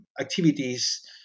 activities